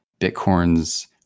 Bitcoin's